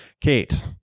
Kate